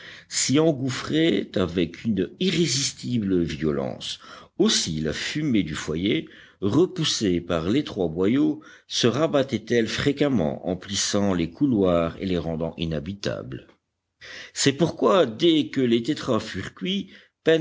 s'y engouffraient avec une irrésistible violence aussi la fumée du foyer repoussée par l'étroit boyau se rabattait elle fréquemment emplissant les couloirs et les rendant inhabitables c'est pourquoi dès que les tétras furent